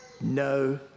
No